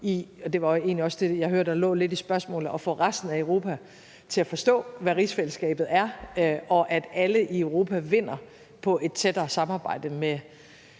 og det var egentlig også det, jeg hørte lå lidt i spørgsmålet, altså at få resten af Europa til at forstå, hvad rigsfællesskabet er, og at alle i Europa vinder på et tættere samarbejde med